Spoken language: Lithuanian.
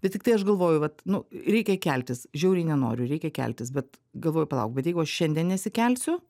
bet tiktai aš galvoju vat nu reikia keltis žiauriai nenoriu reikia keltis bet galvoju palauk bet jeigu aš šiandien nesikelsiu